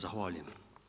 Zahvaljujem.